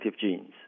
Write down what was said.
genes